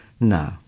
No